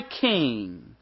king